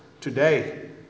today